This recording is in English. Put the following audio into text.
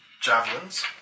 javelins